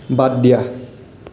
বাদ দিয়া